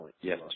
Yes